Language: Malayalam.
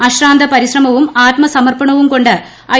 അശ്രാന്ത പരിശ്രമവും ആത്മസമർപ്പണവൂർപ്പികൊണ്ട് ഐ